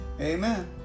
Amen